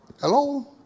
Hello